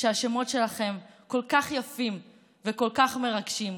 השמות שלכם כל כך יפים וכל כך מרגשים,